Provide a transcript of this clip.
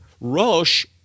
Rosh